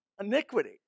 iniquity